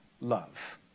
love